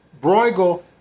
Bruegel